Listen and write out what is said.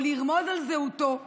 או לרמוז על זיהויו כאמור,